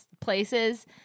places